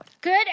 Good